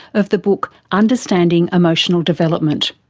of the book understanding emotional development.